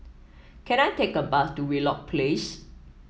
can I take a bus to Wheelock Place